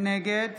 נגד